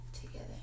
together